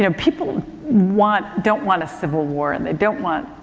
you know people want, don't want a civil war and they don't want,